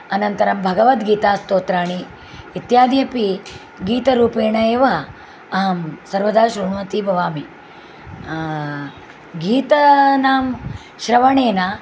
अनन्तरं भगवद्गीतास्तोत्राणि इत्यादि अपि गीतरूपेण एव अहं सर्वदा श्रुण्वती भवामि गीतानां श्रवणेन